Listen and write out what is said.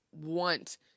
want